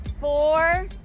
four